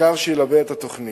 ומחקר שילווה את התוכנית.